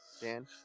Dan